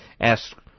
ask